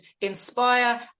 inspire